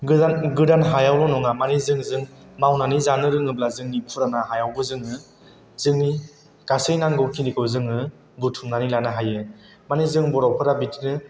गोदान गोदान हायावल' नङा माने जों जों मावनानै जानो रोङोब्ला जोंनि फुराना हायावबो जोङो जोंनि गासै नांगौ खिनिखौ जोङो बुथुमनानै लानो हायो माने जों बर'फोरा बिदिनो